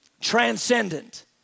transcendent